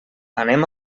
anem